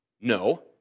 no